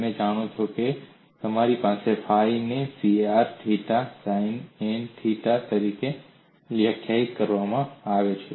તમે જાણો છો કે તમારી પાસે ફાઈ ને C r theta sine theta તરીકે વ્યાખ્યાયિત કરવામાં આવી છે